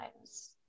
times